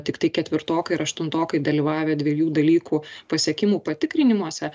tiktai ketvirtokai ir aštuntokai dalyvavę dviejų dalykų pasiekimų patikrinimuose